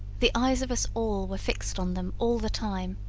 the eyes of us all were fixed on them all the time,